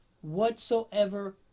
whatsoever